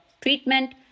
treatment